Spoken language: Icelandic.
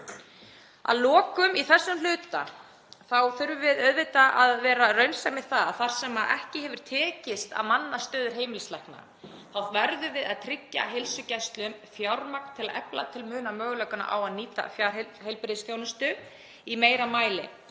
Að lokum, í þessum hluta, þurfum við auðvitað að vera raunsæ gagnvart því að þar sem ekki hefur tekist að manna stöður heimilislækna verðum við að tryggja heilsugæslum fjármagn til að efla til muna möguleikana á að nýta fjarheilbrigðisþjónustu í meira mæli